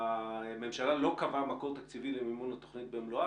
הממשלה לא קבעה מקור תקציבי למימון התוכנית במלואה